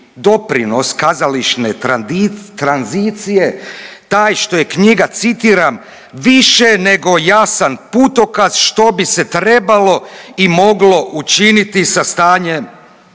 doprinos kazališne tranzicije taj što je knjiga citiram „više nego jasan putokaz što bi se trebalo i moglo učiniti sa stanjem